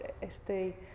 este